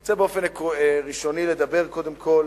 אני רוצה באופן ראשוני לדבר קודם כול